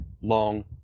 long